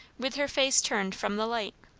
with her face turned from the light.